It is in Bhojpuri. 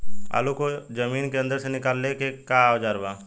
आलू को जमीन के अंदर से निकाले के का औजार बा?